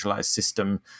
system